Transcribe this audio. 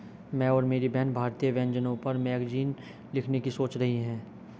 मैं और मेरी बहन भारतीय व्यंजनों पर मैगजीन लिखने की सोच रही है